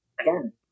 again